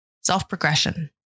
Self-progression